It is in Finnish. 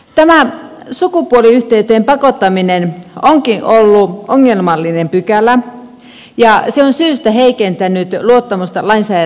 tämä sukupuoliyhteyteen pakottaminen onkin ollut ongelmallinen pykälä ja se on syystä heikentänyt luottamusta lainsäätäjää kohtaan